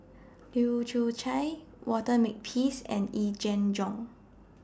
Leu Yew Chye Walter Makepeace and Yee Jenn Jong